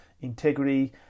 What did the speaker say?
integrity